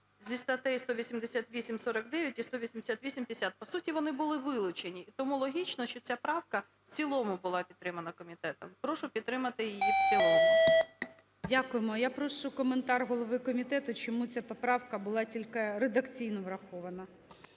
зі статей 188-49 і 188-50. По суті, вони були вилучені. І тому логічно, що ця правка в цілому була підтримана комітетом. Прошу підтримати її в цілому. ГОЛОВУЮЧИЙ. Дякуємо. Я прошу коментар голови комітету чому ця поправа була тільки редакційно врахована.